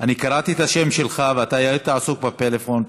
קראתי את השם שלך, ואתה היית עסוק בפלאפון.